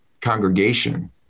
congregation